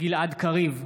גלעד קריב,